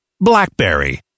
BlackBerry